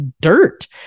dirt